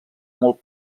molt